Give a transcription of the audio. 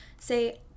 say